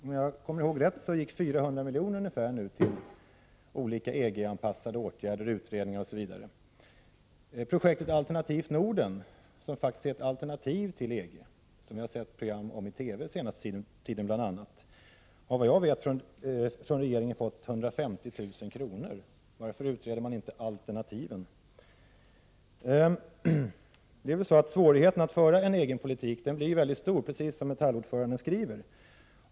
Om jag minns rätt gick ca 400 milj.kr. till olika EG-anpassade åtgärder, utredningar osv. Projektet Alternativt Norden, som faktiskt är ett alternativ till EG och som vi bl.a. har kunnat se program om på TV den senaste tiden, har såvitt jag vet fått 150 000 kr. från regeringen. Varför utreder man inte alternativen? Svårigheten att föra en egen politik blir mycket stor, precis som Metallordföranden skriver.